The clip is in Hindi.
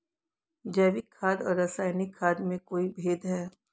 जैविक खाद और रासायनिक खाद में कोई भेद है?